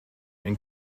and